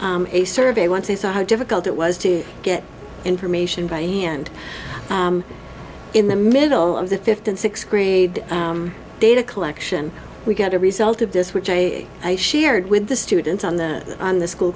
a survey once they saw how difficult it was to get information by hand in the middle of the fifth and sixth grade data collection we got a result of this which i shared with the students on the on the school